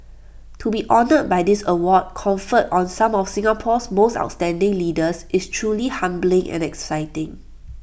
to be honoured by this award conferred on some of Singapore's most outstanding leaders is truly humbling and exciting